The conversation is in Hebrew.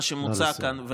מה שמוצע כאן,